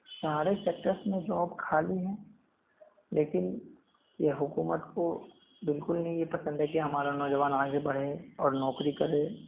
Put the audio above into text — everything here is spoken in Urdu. سارے سیکٹرس میں جاب خالی ہیں لیکن یہ حکومت کو بالکل نہیں یہ پسند ہے کہ ہمارا نوجوان آگے بڑھے اور نوکری کرے